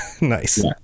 nice